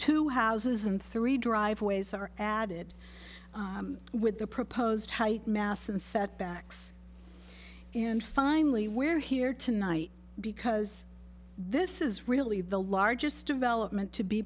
two houses and three driveways are added with the proposed tight mass and setbacks and finally we're here tonight because this is really the largest development to be